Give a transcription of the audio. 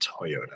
Toyota